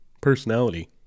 personality